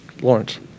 Lawrence